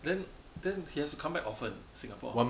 then then he has to come back often Singapore